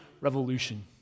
revolution